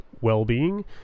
well-being